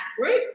group